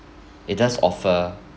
it does offer